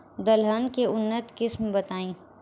दलहन के उन्नत किस्म बताई?